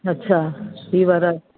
अच्छा ही वारा